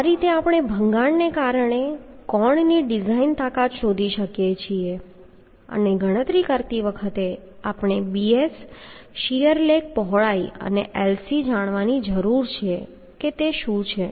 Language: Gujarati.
તો આ રીતે આપણે ભંગાણને કારણે કોણની ડિઝાઇન તાકાત શોધી શકીએ છીએ અને ગણતરી કરતી વખતે આપણે bs શીયર લેગ પહોળાઈ અને Lc જાણવાની જરૂર છે કે શું છે